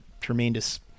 tremendous